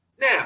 Now